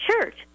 Church